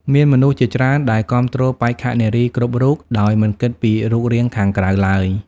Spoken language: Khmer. មានមនុស្សជាច្រើនដែលគាំទ្របេក្ខនារីគ្រប់រូបដោយមិនគិតពីរូបរាងខាងក្រៅឡើយ។